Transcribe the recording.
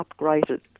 upgraded